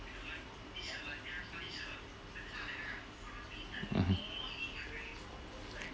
mmhmm